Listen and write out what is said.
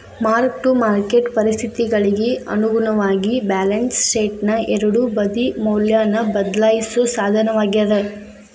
mark to market ಪರಿಸ್ಥಿತಿಗಳಿಗಿ ಅನುಗುಣವಾಗಿ balance ಶೇಟ್ನ ಎರಡೂ ಬದಿ ಮೌಲ್ಯನ ಬದ್ಲಾಯಿಸೋ ಸಾಧನವಾಗ್ಯಾದ